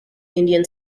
indian